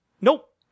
Nope